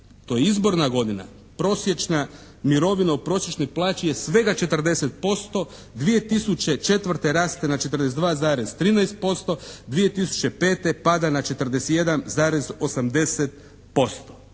to je izborna godina, prosječna mirovina od prosječne plaće je svega 40%. 2004. raste na 42,13%. 2005. pada na 41,80%.